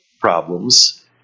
problems